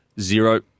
zero